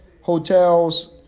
hotels